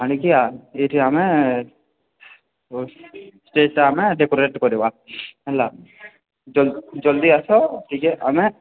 ଆଣିକି ଏଇଠି ଆମେ ଷ୍ଟେଜ୍ଟା ଆମେ ଡେକୋରେଟ୍ କରିବା ହେଲା ଜଲଦି ଆସ ଟିକେ ଆମେ